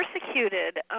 persecuted